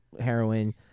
heroin